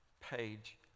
page